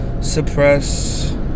suppress